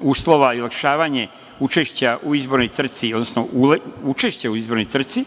uslova, kao i olakšavanje učešća u izbornoj trci, odnosno učešća u izbornoj trci,